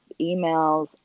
emails